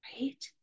right